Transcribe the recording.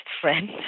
friend